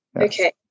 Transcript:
okay